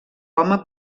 home